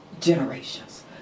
generations